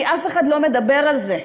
כי אף אחד לא מדבר על זה,